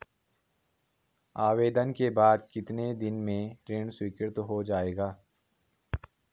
आवेदन के बाद कितने दिन में ऋण स्वीकृत हो जाएगा?